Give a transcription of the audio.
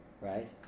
Right